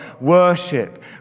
Worship